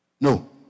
No